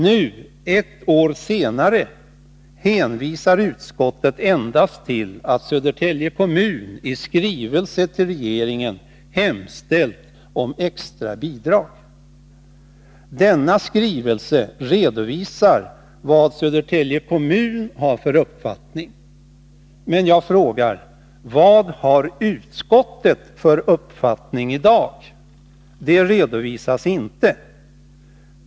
Nu, ett år senare, hänvisar utskottet endast till att Södertälje kommun i skrivelse till regeringen hemställt om extra bidrag. I denna skrivelse redovisas Södertälje kommuns uppfattning. Men jag frågar: Vilken uppfattning har utskottet i dag? Det redovisas inte.